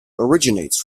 originates